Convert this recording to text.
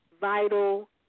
vital